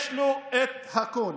יש לו את הכול.